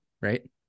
Right